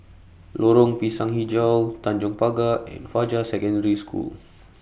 Lorong Pisang Hijau Tanjong Pagar and Fajar Secondary School